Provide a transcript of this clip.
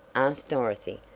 asked dorothy,